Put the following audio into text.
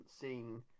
seen